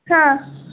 ಹಾಂ